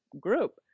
group